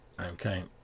Okay